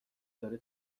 داره